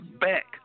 back